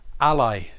Ally